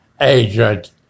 agent